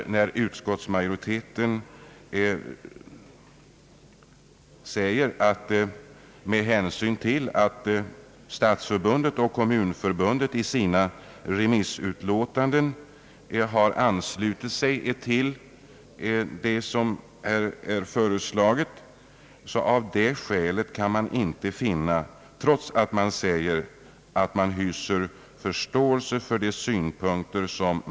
Jag är då litet förvånad att man avstyrker motionen med hänsyn till att Stadsförbundet och Kommunförbundet i sina remissyttranden anslutit sig till den föreslagna omläggningen.